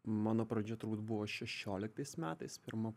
mano pradžia turbūt buvo šešioliktais metais pirma